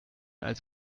als